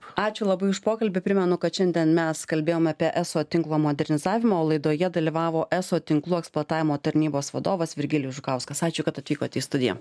ačiū labai už pokalbį primenu kad šiandien mes kalbėjom apie eso tinklo modernizavimą o laidoje dalyvavo eso tinklų eksploatavimo tarnybos vadovas virgilijus žukauskas ačiū kad atvykot į studiją